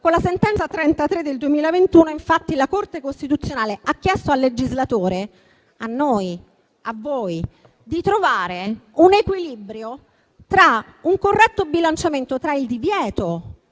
Con la sentenza n. 33 del 2021, infatti, la Corte costituzionale ha chiesto al legislatore (a noi, a voi) di trovare un equilibrio, un corretto bilanciamento tra il divieto,